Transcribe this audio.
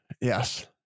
yes